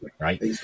right